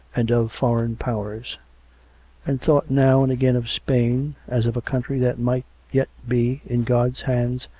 and of foreign powers and thought now and again of spain, as of a country that might yet be, in god's hand,